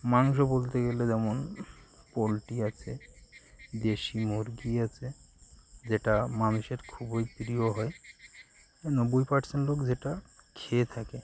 মাংস বলতে গেলে যেমন পোলট্রি আছে দেশি মুরগি আছে যেটা মানুষের খুবই প্রিয় হয় নব্বই পার্সেন্ট লোক যেটা খেয়ে থাকে